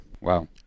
Wow